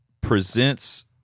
presents